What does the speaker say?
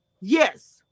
yes